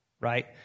right